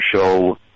show